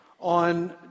On